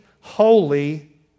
holy